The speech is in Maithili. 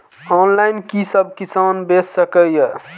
ऑनलाईन कि सब किसान बैच सके ये?